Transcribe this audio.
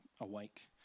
awake